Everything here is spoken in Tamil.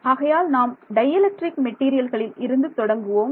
ஆகையால் நாம் டை எலக்ட்ரிக் மெட்டீரியல்களில் இருந்து தொடங்குவோம்